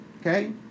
Okay